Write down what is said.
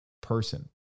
person